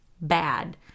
bad